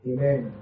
Amen